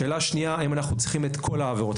שאלה שנייה, האם אנחנו צריכים את כל העבירות?